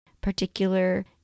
particular